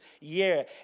year